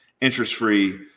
interest-free